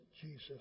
Jesus